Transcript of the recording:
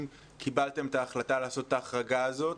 קיבלתם את ההחלטה לעשות את ההחרגה הזאת.